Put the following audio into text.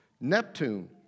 Neptune